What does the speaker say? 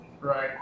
Right